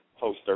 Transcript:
poster